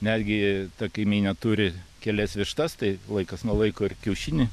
netgi ta kaimynė turi kelias vištas tai laikas nuo laiko ir kiaušinį